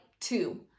two